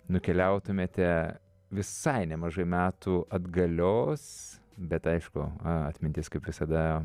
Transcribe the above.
nukeliautumėte visai nemažai metų atgalios bet aišku atmintis kaip visada